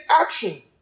action